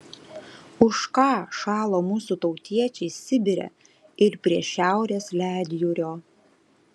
už ką šalo mūsų tautiečiai sibire ir prie šiaurės ledjūrio